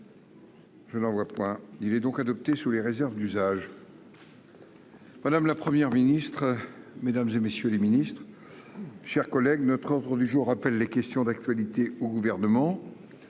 Je n'vois point il est donc adopté sur les réserves d'usage. Madame la première ministre, mesdames et messieurs les Ministres, chers collègues, notre ordre du jour appelle les questions d'actualité au gouvernement